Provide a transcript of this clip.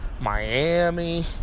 Miami